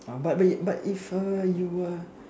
but wait but if err you were